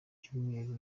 cyumweru